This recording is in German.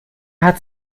hat